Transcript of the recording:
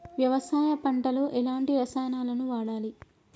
వ్యవసాయం పంట లో ఎలాంటి రసాయనాలను వాడాలి?